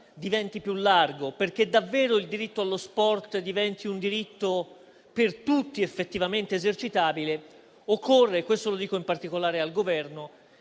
diventi più largo, perché davvero il diritto allo sport diventi un diritto per tutti effettivamente esercitabile, occorre - lo dico in particolare al Governo